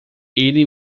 ele